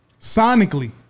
Sonically